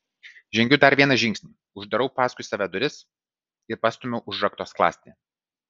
žengiu dar vieną žingsnį uždarau paskui save duris ir pastumiu užrakto skląstį